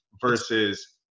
versus